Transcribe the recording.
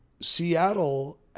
Seattle